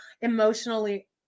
emotionally